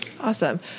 Awesome